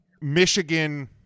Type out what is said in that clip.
Michigan